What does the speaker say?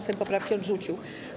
Sejm poprawki odrzucił.